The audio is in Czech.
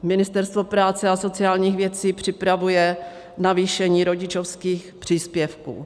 Ministerstvo práce a sociálních věcí připravuje navýšení rodičovských příspěvků.